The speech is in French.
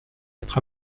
être